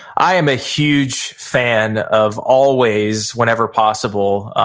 i am a huge fan of always whenever possible,